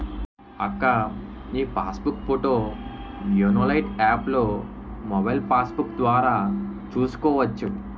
అక్కా నీ passbook పోతో యోనో లైట్ యాప్లో మొబైల్ పాస్బుక్కు ద్వారా చూసుకోవచ్చు